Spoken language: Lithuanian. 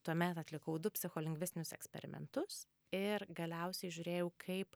tuomet atlikau du psicholingvistinius eksperimentus ir galiausiai žiūrėjau kaip